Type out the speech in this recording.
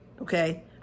okay